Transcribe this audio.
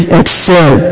excel